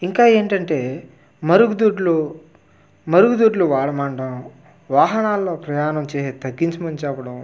ఇంకా ఏంటంటే మరుగుదొడ్లు మరుగుదొడ్లు వాడమండం వాహనాల్లో ప్రయాణం చే తగ్గించమని చెప్పడం